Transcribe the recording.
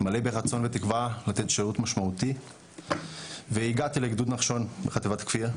מלא ברצון ותקווה לתת שירות משמעותי והגעתי לגדוד נחשון בחטיבת כפיר,